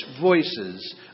voices